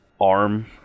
arm